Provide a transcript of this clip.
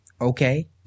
Okay